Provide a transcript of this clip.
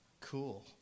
cool